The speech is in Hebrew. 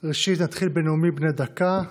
ראשית, נתחיל בנאומים בני דקה.